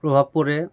প্ৰভাৱ পৰে